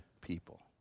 people